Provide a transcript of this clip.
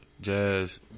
jazz